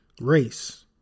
race